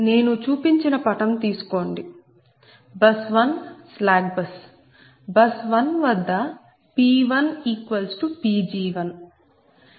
నేను చూపించిన పటం తీసుకోండి బస్ 1స్లాక్ బస్ బస్ 1 వద్ద P1Pg1